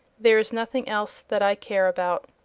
there is nothing else that i care about.